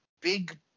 big